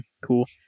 cool